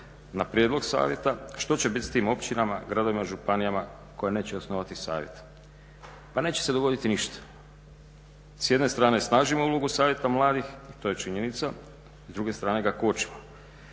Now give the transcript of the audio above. na prijedlog savjeta, što će biti s tim općinama, gradovima i županijama koje neće osnovati Savjet? Pa neće se dogoditi ništa. S jedne strane snažimo ulogu Savjeta mladih, to je činjenica, s druge strane ga kočimo.